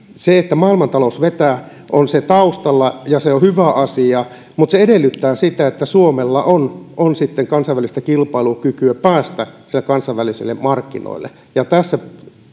se että maailmantalous vetää on siellä taustalla ja se on hyvä asia mutta se että pääsee mukaan talouskasvuun edellyttää sitä että suomella on on kansainvälistä kilpailukykyä päästä kansainvälisille markkinoille ja tässä